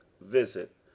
visit